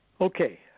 Okay